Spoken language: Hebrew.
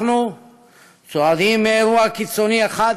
ואנחנו צועדים מאירוע קיצוני אחד